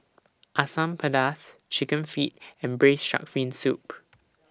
Asam Pedas Chicken Feet and Braised Shark Fin Soup